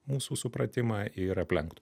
mūsų supratimą ir aplenktų